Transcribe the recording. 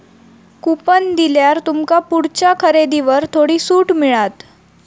coupon दिल्यार तुमका पुढच्या खरेदीवर थोडी सूट मिळात